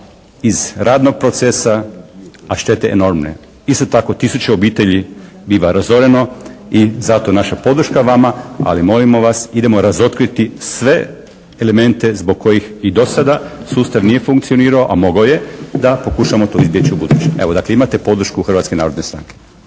iz radnog procesa, a šteta je enormna. Isto tako tisuće obitelji biva razoreno i zato je naša podrška vama. Ali molimo vas idemo razotkriti sve elemente zbog kojih i do sada sustav nije funkcionirao, a mogao je, da pokušamo to izbjeći ubuduće. Dakle imate podršku Hrvatske narodne stranke.